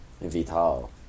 vital